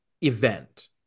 event